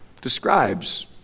describes